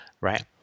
right